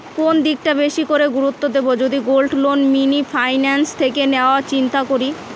কোন দিকটা বেশি করে গুরুত্ব দেব যদি গোল্ড লোন মিনি ফাইন্যান্স থেকে নেওয়ার চিন্তা করি?